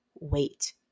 Wait